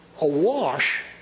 awash